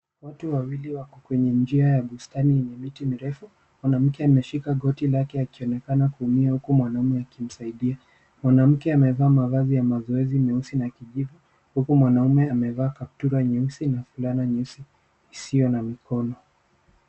Watu wawili wako kwenye njia ya bustani yenye miti mirefu, mwanamke ameshika goti lake akionekana kuumia, huku mwanaume akimsaidia. Mwanamke amevaa mavazi ya mazoezi meusi na kijivu, huku mwanaume amevaa kaptula nyeusi na fulana nyeusi, isiyo na mikono.